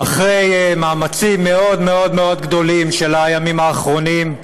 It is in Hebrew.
אחרי מאמצים מאוד מאוד מאוד גדולים של הימים האחרונים,